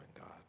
God